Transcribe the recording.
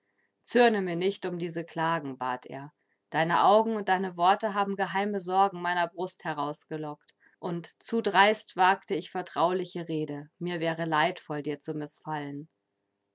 zürne mir nicht um diese klagen bat er deine augen und deine worte haben geheime sorgen meiner brust herausgelockt und zu dreist wagte ich vertrauliche rede mir wäre leidvoll dir zu mißfallen